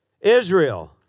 Israel